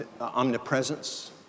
omnipresence